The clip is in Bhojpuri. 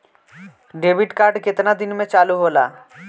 डेबिट कार्ड केतना दिन में चालु होला?